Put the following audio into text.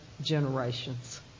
generations